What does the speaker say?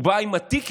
הוא בא עם הטיקט,